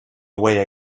away